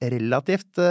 Relativt